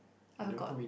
I got